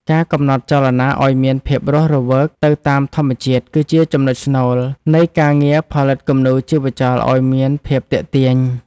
ការកំណត់ចលនាឱ្យមានភាពរស់រវើកទៅតាមធម្មជាតិគឺជាចំណុចស្នូល នៃ ការងារផលិតគំនូរជីវចលឱ្យមានភាពទាក់ទាញ។